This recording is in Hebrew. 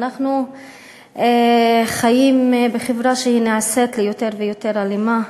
אנחנו חיים בחברה שנעשית יותר ויותר אלימה,